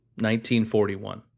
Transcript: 1941